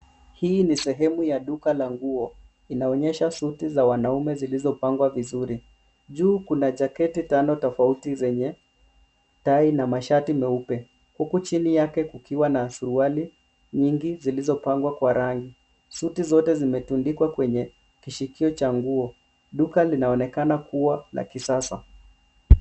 Hii ni sehemu ya duka la nguo. Inaonyesha suti za wanaume zilizopangwa vizuri. Juu kuna jaketi tano tofauti zenye tai na mashati meupe, huku chini yake kukiwa na masuruali nyingi zilizopangwa kwa rangi. Suti zote zimetundikwa kwenye kishikio cha nguo. Duka linaonekana kuwa la kisasa.